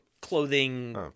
clothing